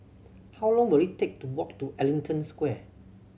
how long will it take to walk to Ellington Square